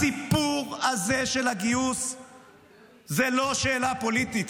הסיפור הזה של הגיוס הוא לא שאלה פוליטית.